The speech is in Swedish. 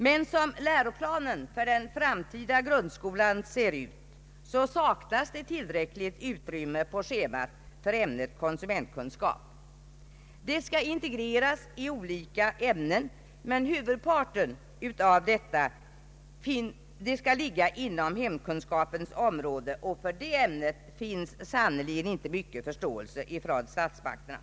Men i läroplanen för den framtida grundskolan, sådan den nu ser ut, saknas det tillräckligt utrymme på schemat för ämnet konsumentkunskap. Konsumentkunskapen skall integreras i olika ämnen, men huvudparten skall ligga inom ämnet hemkunskap. För det ämnet finns det sannerligen inte mycket förståelse från statsmakterna.